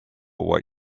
what